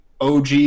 OG